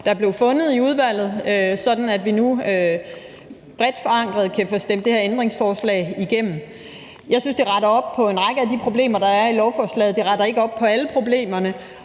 der blev fundet i udvalget, sådan at vi nu bredt forankret kan få stemt det her ændringsforslag igennem. Jeg synes, at det retter op på en række af de problemer, der er i lovforslaget. Det retter ikke op på alle problemerne,